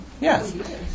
Yes